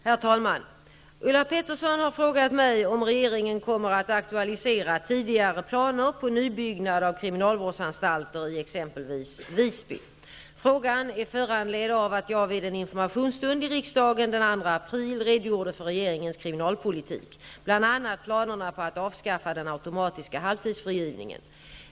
Herr talman! Ulla Pettersson har frågat mig om regeringen kommer att aktualisera tidigare planer på nybyggnad av kriminalvårdsanstalter i exempelvis Visby. Frågan är föranledd av att jag vid en informationsstund i riksdagen den 2 april redogjorde för regeringens kriminalpolitik, bl.a. planerna på att avskaffa den automatiska halvtidsfrigivningen.